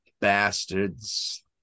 Bastards